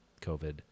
COVID